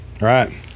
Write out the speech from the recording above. right